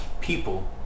people